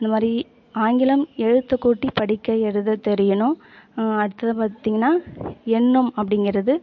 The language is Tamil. இந்தமாதிரி ஆங்கிலம் எழுத்து கூட்டி படிக்க எழுத தெரியணும் அடுத்தது பார்த்திங்கன்னா எண்ணும் அப்படிங்கிறது